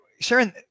Sharon